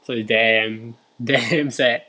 so it's damn damn sad